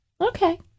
Okay